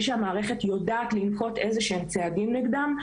שהמערכת יודעת לנקוט איזה שהם צעדים נגדם.